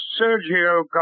Sergio